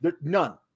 None